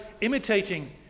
imitating